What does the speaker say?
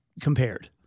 compared